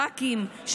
ח"כים,